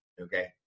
okay